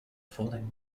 fallen